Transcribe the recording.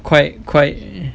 quite quite